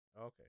Okay